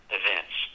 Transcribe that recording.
events